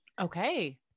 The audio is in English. Okay